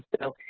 so,